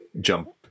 jump